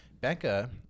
Becca